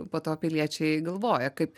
po to piliečiai galvoja kaip